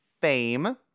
fame